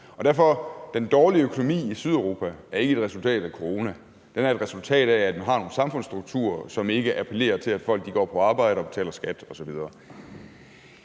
Derfor er den dårlige økonomi i Sydeuropa ikke et resultat af corona; den er et resultat af, at man har nogle samfundsstrukturer, som ikke appellerer til, at folk går på arbejde og betaler skat osv.